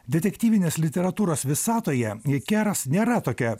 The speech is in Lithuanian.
detektyvinės literatūros visatoje keras nėra tokia